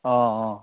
অঁ অঁ